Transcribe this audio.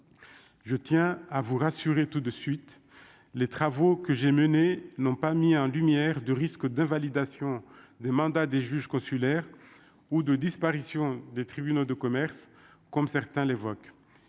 je tiens à vous rassurer tout de suite les travaux que j'ai menées n'ont pas mis en lumière de risque d'invalidation des mandats des juges consulaires ou de disparition des tribunaux de commerce, comme certains l'évoquent,